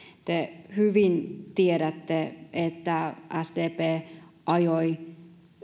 te hyvin tiedätte että sdp ajoi